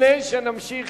לפני שנמשיך